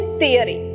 theory